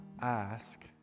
ask